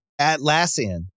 Atlassian